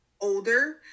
older